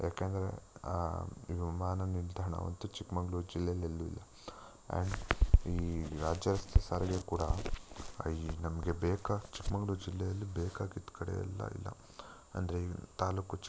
ಯಾಕೆಂದರೆ ವಿಮಾನ ನಿಲ್ದಾಣ ಅಂತು ಚಿಕ್ಕ ಮಂಗ್ಳೂರು ಜಿಲ್ಲೆಯಲ್ಲಿ ಎಲ್ಲೂ ಇಲ್ಲ ಆ್ಯಂಡ್ ಈ ರಾಜ್ಯ ರಸ್ತೆ ಸಾರಿಗೆ ಕೂಡ ಈ ನಮಗೆ ಬೇಕಾ ಚಿಕ್ಕ ಮಂಗ್ಳೂರು ಜಿಲ್ಲೆಯಲ್ಲಿ ಬೇಕಾಗಿದ್ದ ಕಡೆ ಎಲ್ಲಾ ಇಲ್ಲ ಅಂದರೆ ತಾಲೂಕು